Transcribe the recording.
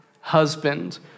husband